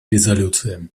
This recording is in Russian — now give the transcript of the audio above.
резолюциям